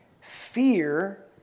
Fear